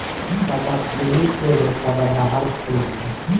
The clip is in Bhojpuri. सदाफुली एगो सदाबहार फूल हवे